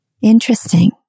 Interesting